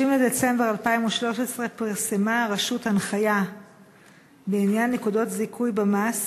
בדצמבר 2013 פרסמה הרשות הנחיה בעניין נקודות זיכוי במס,